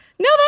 No